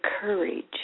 courage